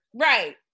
right